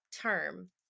term